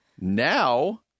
Now